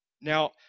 Now